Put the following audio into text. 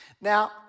Now